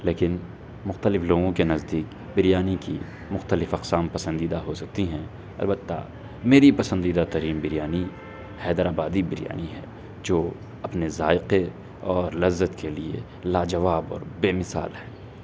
لیکن مختلف لوگوں کے نزدیک بریانی کی مختلف اقسام پسندیدہ ہو سکتی ہیں البتہ میری پسندیدہ ترین بریانی حیدر آبادی بریانی ہے جو اپنے ذائقے اور لذت کے لیے لاجواب اور بے مثال ہیں